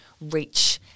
reach